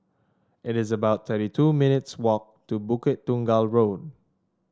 it is about thirty two minutes' walk to Bukit Tunggal Road